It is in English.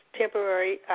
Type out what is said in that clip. temporary